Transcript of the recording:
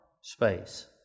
space